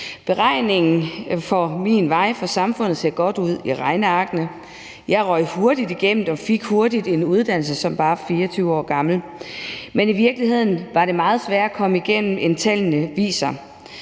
Beregningen for min vej ser godt ud for samfundet i regnearkene; jeg røg hurtigt igennem det og fik hurtigt en uddannelse, bare 24 år gammel. Men i virkeligheden var det meget sværere at komme igennem, end tallene viser.